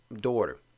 daughter